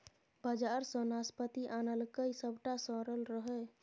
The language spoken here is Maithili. बजार सँ नाशपाती आनलकै सभटा सरल रहय